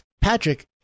Patrick